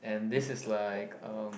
and this is like um